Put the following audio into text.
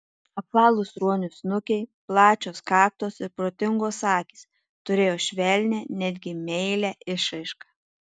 apvalūs ruonių snukiai plačios kaktos ir protingos akys turėjo švelnią netgi meilią išraišką